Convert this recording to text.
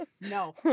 No